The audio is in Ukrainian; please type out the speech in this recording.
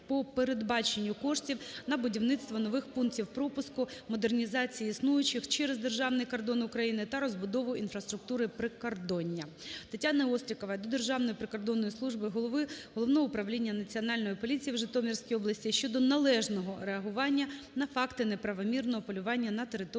по передбаченню коштів на будівництво нових пунктів пропуску, модернізації існуючих, через державний кордон України та розбудову інфраструктури прикордоння. Тетяни Острікової до Державної прикордонної служби, Головного управління Національної поліції в Житомирській області щодо належного реагування на факти неправомірного полювання на території